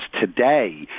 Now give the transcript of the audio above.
today